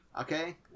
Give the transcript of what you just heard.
Okay